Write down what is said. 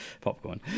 popcorn